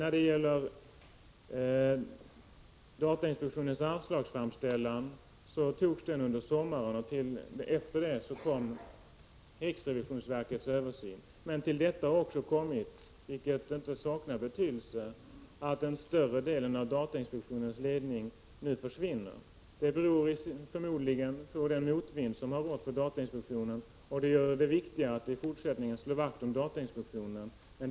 Datainspektionens anslagsframställan antogs under sommaren. Därefter gjordes riksrevisionsverkets översyn. Till detta har också kommit, vilket inte saknar betydelse, att den större delen av datainspektionens ledning nu försvinner. Det beror förmodligen på den motvind som har rått för datainspektionen. Det viktiga i fortsättningen blir att slå vakt om datainspektionen.